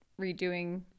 redoing